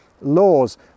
laws